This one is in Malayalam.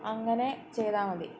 അങ്ങനെ ചെയ്താല് മതി